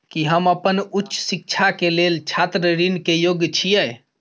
की हम अपन उच्च शिक्षा के लेल छात्र ऋण के योग्य छियै?